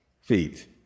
feet